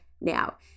now